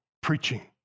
preaching